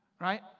right